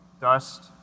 dust